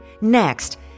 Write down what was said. Next